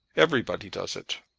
everybody does it.